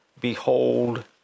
behold